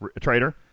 trader